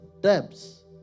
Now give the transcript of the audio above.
debts